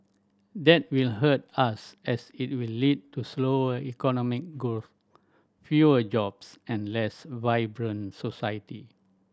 that will hurt us as it will lead to slower economic growth fewer jobs and less vibrant society